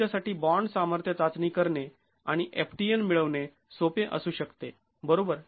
तुमच्यासाठी बॉंड सामर्थ्य चाचणी करणे आणि ftn मिळवणे सोपे असू शकते बरोबर